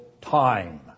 time